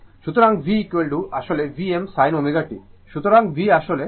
সুতরাং V আসলে Vm sin ω t